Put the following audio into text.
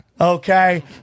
Okay